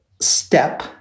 step